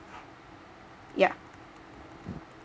ya